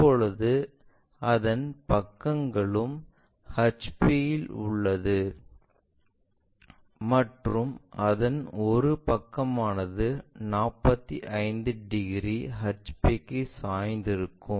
இப்போது அதன் பக்கங்களும் HP இல் உள்ளது மற்றும் அதன் ஒரு பக்கமானது 45 டிகிரி HP க்கு சாய்ந்திருக்கும்